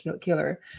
killer